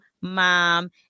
mom